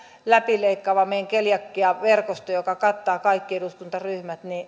läpileikkaava keliakiaverkosto joka kattaa kaikki eduskuntaryhmät